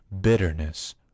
bitterness